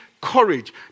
courage